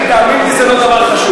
תאמין לי שזה לא הדבר החשוב.